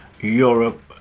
Europe